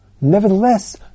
nevertheless